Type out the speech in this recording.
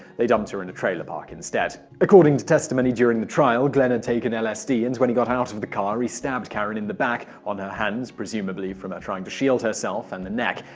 they dumped her in a trailer park instead. according to testimony during the trial, glenn had taken lsd and when he got out of the car, he stabbed karen in the back, on her hand presumably from her trying to shield herself, and the neck.